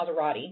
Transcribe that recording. Maserati